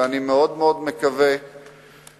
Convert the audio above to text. ואני מאוד מאוד מקווה שימשיכו,